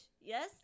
Yes